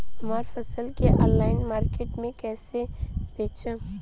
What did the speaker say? हमार फसल के ऑनलाइन मार्केट मे कैसे बेचम?